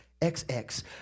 XX